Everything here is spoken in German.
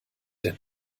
denn